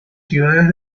ciudades